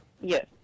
Yes